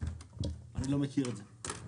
לא מכיר את זה.